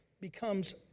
becomes